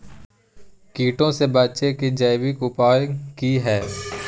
कीटों से बचे के जैविक उपाय की हैय?